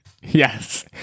yes